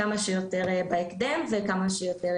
קודם כל, מהנוסח שקיים כרגע, זה לא מובן.